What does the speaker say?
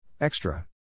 Extra